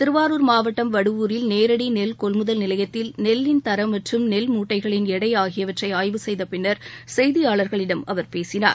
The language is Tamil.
திருவாரூர் மாவட்டம் வடுவூரில் நேரடி நெல் கொள்முதல் நிலையத்தில் நெல்லின் தரம் மற்றும் நெல் மூட்டைகளின் எடை ஆகியவற்றை ஆய்வு செய்த பின்னர் செய்தியாளர்களிடம் அவர் பேசினார்